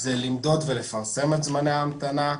זה למדוד ולפרסם את זמני ההמתנה.